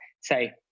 say